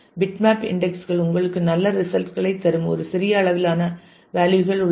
bitmap index கள் உங்களுக்கு நல்ல ரிசல்ட் களைத் தரும் ஒரு சிறிய அளவிலான வேலியூ கள் உள்ளன